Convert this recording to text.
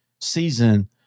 season